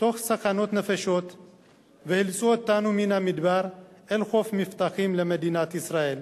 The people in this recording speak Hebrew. תוך סכנת נפשות וחילצו אותנו מן המדבר אל חוף מבטחים במדינת ישראל.